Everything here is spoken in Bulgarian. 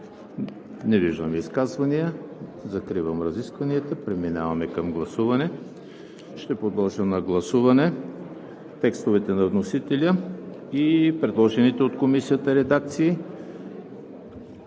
Не виждам. Закривам разискванията. Преминаваме към гласуване. Ще подложа на гласуване текстовете на вносителя и предложените от Комисията редакции